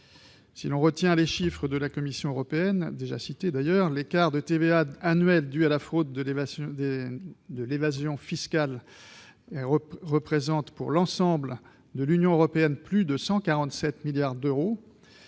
Si l'on retient les chiffres déjà cités de la Commission européenne, l'écart de TVA annuel dû à la fraude et l'évasion fiscales représente, pour l'ensemble de l'Union européenne, plus de 147 milliards d'euros.